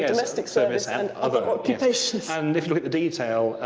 domestic service and other occupations. and if you look at the detail,